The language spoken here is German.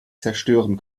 zerstören